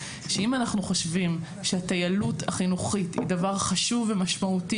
שאם אנחנו חושבים שהטיילות החינוכית היא דבר חשוב ומשמעותי